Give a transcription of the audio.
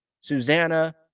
Susanna